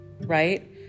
right